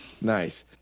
Nice